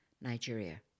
Nigeria